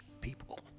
people